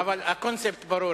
אבל הקונספט ברור,